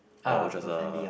uh which was a